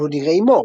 רודי ריי מור,